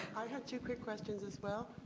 i have two quick questions as well.